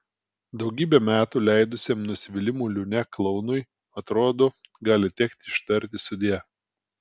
daugybę metų leidusiam nusivylimų liūne klounui atrodo gali tekti ištarti sudie